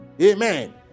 Amen